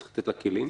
צריך לתת לה כלים.